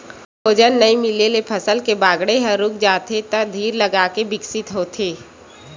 भोजन नइ मिले ले फसल के बाड़गे ह रूक जाथे त धीर लगाके बिकसित होथे